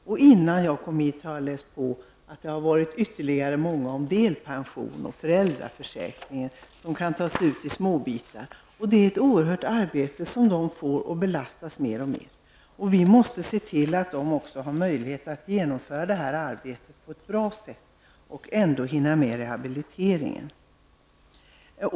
Och jag har läst på att innan jag kom hit har man beslutat om ännu fler, om delpension och om föräldraförsäkring som skall kunna tas ut i småbitar. Det är ett stort arbete som försäkringskassan får, och den belastas mer och mer. Vi måste se till att de också har möjlighet att genomföra arbetet på ett bra sätt och ändå hinna med rehabiliteringen.